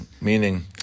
Meaning